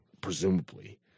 presumably